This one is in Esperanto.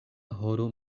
horo